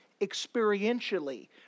experientially